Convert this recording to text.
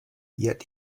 yet